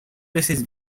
veces